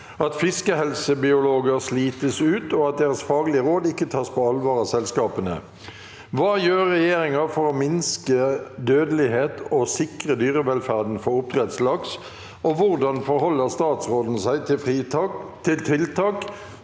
at fiskehelsebiologer slites ut, og at deres faglige råd ikke tas på alvor av selskapene. Hva gjør regjeringa for å minske dødelighet og sikre dyrevelferden for oppdrettslaks, og hvordan forholder statsråden seg til tiltak